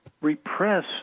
repress